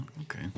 okay